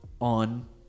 on